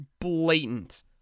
blatant